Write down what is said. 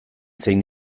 zein